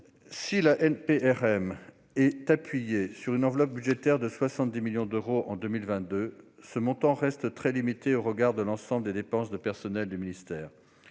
si la NPRM s'est appuyée sur une enveloppe budgétaire de 70 millions d'euros en 2022, ce montant reste très limité au regard de l'ensemble des dépenses de personnel du ministère.